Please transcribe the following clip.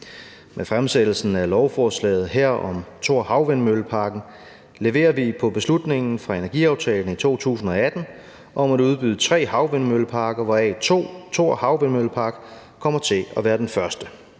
Med fremsættelsen af lovforslaget her om Thor Havvindmøllepark leverer vi på beslutningen i energiaftalen fra 2018 om at udbyde tre havvindmølleparker, hvoraf Thor Havvindmøllepark kommer til at være den første.